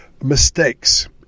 mistakes